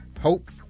Hope